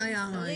זה היה הרעיון.